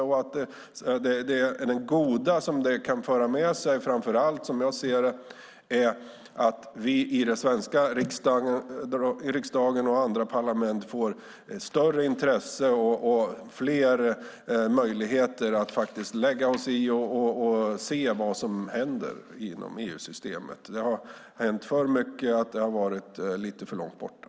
Det goda som det kan föra med sig är framför allt, som jag ser det, att vi i den svenska riksdagen och andra parlament får större intresse och fler möjligheter att lägga oss i och se vad som händer inom EU-systemet. Förr har det ofta varit lite för långt borta.